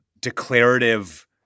declarative